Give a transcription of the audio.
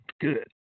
good